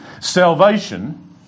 salvation